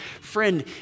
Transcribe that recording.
Friend